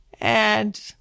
And-